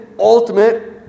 ultimate